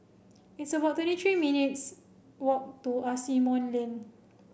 it's about twenty three minutes' walk to Asimont Lane